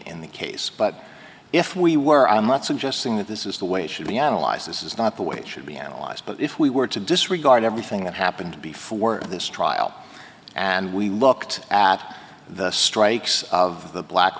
in the case but if we were i'm not suggesting that this is the way should be analyzed this is not the way it should be analyzed but if we were to disregard everything that happened before this trial and we looked at the strikes of the black